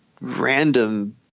random